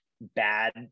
bad